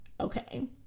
okay